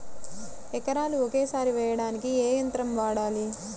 ఎకరాలు ఒకేసారి వేయడానికి ఏ యంత్రం వాడాలి?